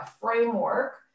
framework